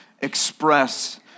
express